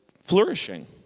flourishing